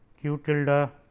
q tilde, ah